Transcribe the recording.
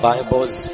Bibles